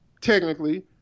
technically